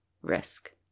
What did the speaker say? risk